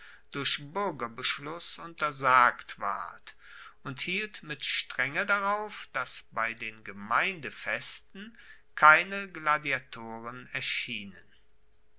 durch buergerbeschluss untersagt ward und hielt mit strenge darauf dass bei den gemeindefesten keine gladiatoren erschienen